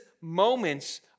moments